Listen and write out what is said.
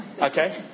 Okay